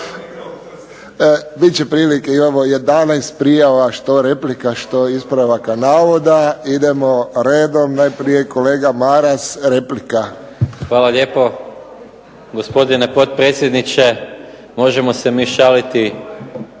Bit će prilike. Imamo 11 prijava što replika, što ispravaka navoda. Idemo redom. Najprije kolega Maras, replika. **Maras, Gordan (SDP)** Hvala lijepo. Gospodine potpredsjedniče, možemo se mi šaliti